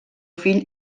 fill